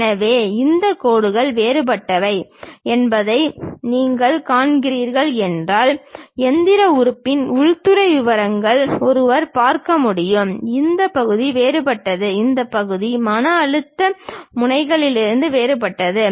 எனவே இந்த கோடுகள் வேறுபட்டவை என்பதை நீங்கள் காண்கிறீர்கள் என்றால் இயந்திர உறுப்பின் உள்துறை விவரங்கள் ஒருவர் பார்க்க முடியும் இந்த பகுதி வேறுபட்டது இந்த பகுதி மன அழுத்த முனைகளிலிருந்து வேறுபட்டது